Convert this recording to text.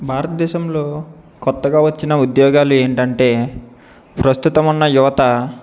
భారత దేశంలో కొత్తగా వచ్చిన ఉద్యోగాలు ఏంటంటే ప్రస్తుతం ఉన్న యువత